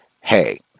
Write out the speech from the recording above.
Hey